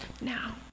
now